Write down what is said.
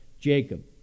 jacob